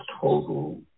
total